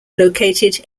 located